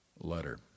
Letter